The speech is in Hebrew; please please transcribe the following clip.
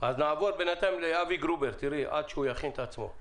אז נעבור בינתיים לאבי גרובר עד שהוא יכין את עצמו.